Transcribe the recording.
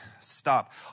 stop